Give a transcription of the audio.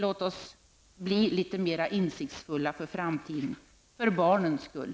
Låt oss bli litet mera insiktsfulla inför framtiden -- för barnens skull.